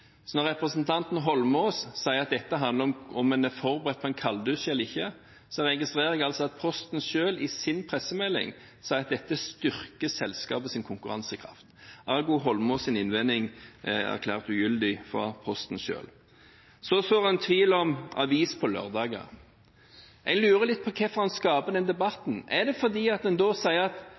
Så når representanten Eidsvoll Holmås sier at dette handler om en er forberedt på en kalddusj eller ikke, registrerer jeg at Posten selv i sin pressemelding sier at dette styrker selskapets konkurransekraft. Ergo er Eidsvoll Holmås´ innvending erklært ugyldig fra Posten selv. Så sår han tvil om aviser på lørdager. Jeg lurer litt på hvorfor han skaper den debatten. Er det fordi at en da sier at